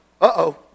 uh-oh